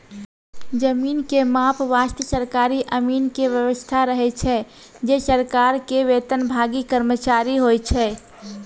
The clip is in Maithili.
जमीन के माप वास्तॅ सरकारी अमीन के व्यवस्था रहै छै जे सरकार के वेतनभागी कर्मचारी होय छै